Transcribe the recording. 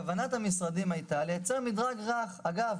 כוונת המשרדים הייתה לייצר מדרג רך - אגב,